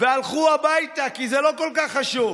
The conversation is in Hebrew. והלכו הביתה, כי זה לא כל כך חשוב.